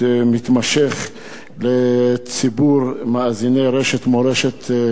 (תקצוב שידורי רשת מורשת),